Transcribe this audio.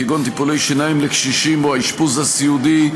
כגון טיפולי שיניים לקשישים או האשפוז הסיעודי,